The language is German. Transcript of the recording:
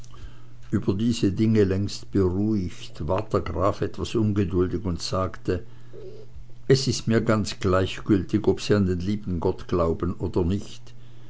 über diese dinge längst beruhigt ward der graf etwas ungeduldig und sagte es ist mir ganz gleichgültig ob sie an den lieben gott glauben oder nicht